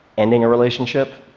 ending a relationship,